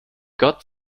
gott